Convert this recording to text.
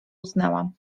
usnęłam